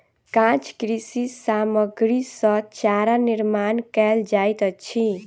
काँच कृषि सामग्री सॅ चारा निर्माण कयल जाइत अछि